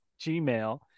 Gmail